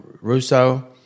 Russo